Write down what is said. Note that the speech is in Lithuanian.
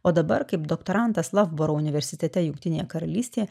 o dabar kaip doktorantas lavboro universitete jungtinėje karalystėje